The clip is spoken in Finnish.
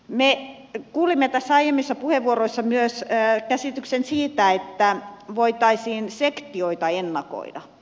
me kuulimme tässä aiemmissa puheenvuoroissa myös käsityksen siitä että voitaisiin sektioita ennakoida